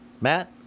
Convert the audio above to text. Matt